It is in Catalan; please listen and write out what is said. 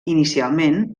inicialment